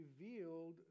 revealed